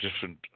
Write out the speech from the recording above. different